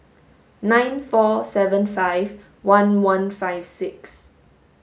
nine four seven five one one five six